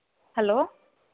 hello